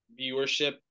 viewership